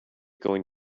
going